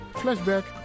flashback